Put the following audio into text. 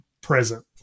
present